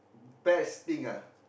best thing ah